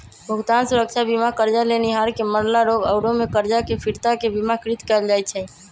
भुगतान सुरक्षा बीमा करजा लेनिहार के मरला, रोग आउरो में करजा के फिरता के बिमाकृत कयल जाइ छइ